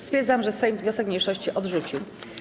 Stwierdzam, że Sejm wniosek mniejszości odrzucił.